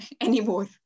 anymore